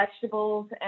vegetables